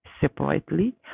separately